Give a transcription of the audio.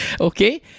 Okay